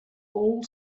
all